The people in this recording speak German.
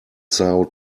são